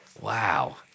Wow